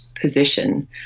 position